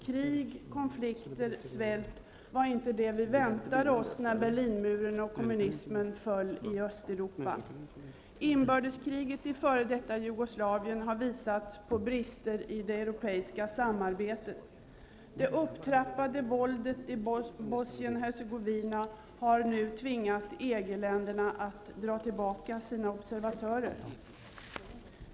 Krig, konflikter och svält var inte det vi väntade oss när Berlinmuren och kommunismen föll i Östeuropa. Inbördeskriget i f.d. Jugoslavien har visat på brister i det europeiska samarbetet. Det upptrappade våldet i Bosnien-Hercegovina har nu tvingat EG länderna att dra tillbaka sina observatörer.